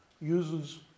uses